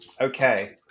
Okay